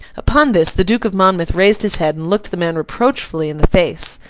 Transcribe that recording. upon this, the duke of monmouth raised his head and looked the man reproachfully in the face.